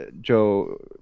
Joe